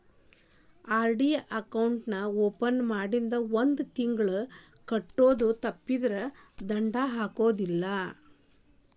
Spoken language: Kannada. ಆರ್.ಡಿ ಅಕೌಂಟ್ ನಾ ಓಪನ್ ಮಾಡಿಂದ ಒಂದ್ ತಿಂಗಳ ಕಟ್ಟೋದು ತಪ್ಪಿತಂದ್ರ ದಂಡಾ ಹಾಕಲ್ಲ